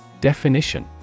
Definition